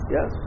Yes